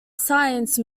science